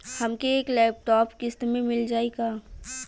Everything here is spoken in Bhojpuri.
हमके एक लैपटॉप किस्त मे मिल जाई का?